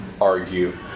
argue